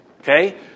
Okay